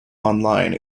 online